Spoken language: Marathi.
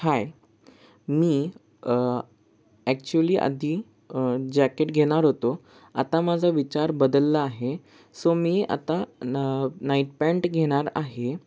हाय मी ॲक्च्युअली आधी जॅकेट घेणार होतो आता माझा विचार बदलला आहे सो मी आता न नाईट पॅन्ट घेणार आहे